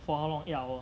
for how long eight hour